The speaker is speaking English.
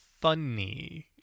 funny